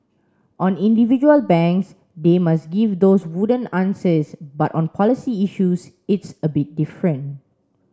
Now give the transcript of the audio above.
on individual banks they must give those wooden answers but on policy issues it's a bit different